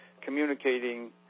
communicating